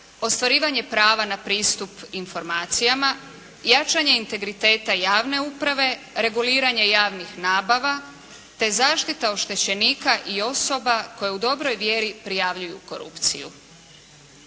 ostvarivanje prava na pristup informacijama, jačanje integriteta javne uprave, reguliranje javnih nabava te zaštita oštećenika i osoba koje u dobroj vjeri prijavljuju korupciju.